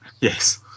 yes